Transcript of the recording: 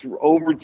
over